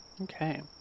Okay